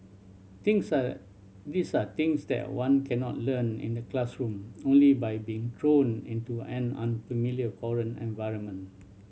things are these are things that one cannot learn in the classroom only by being thrown into an unfamiliar foreign environment